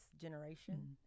generation